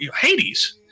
Hades